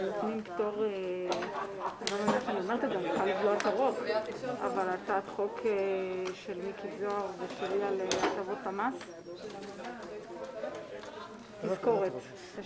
15:08.